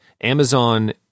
Amazon